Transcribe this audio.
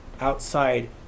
outside